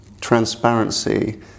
transparency